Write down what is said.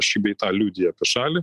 šį bei tą liudija apie šalį